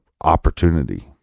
opportunity